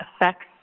affects